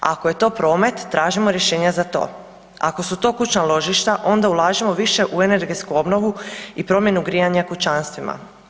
Ako je to promet tražimo rješenja za to, ako su to kućna ložišta onda ulažimo više u energetsku obnovu i promjenu grijanja kućanstvima.